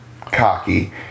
cocky